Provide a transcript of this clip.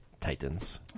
Titans